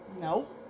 Nope